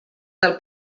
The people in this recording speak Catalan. del